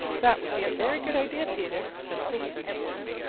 that would be a very good idea, peter, said old mother nature.